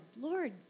Lord